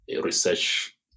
Research